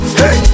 hey